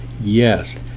yes